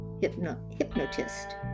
hypnotist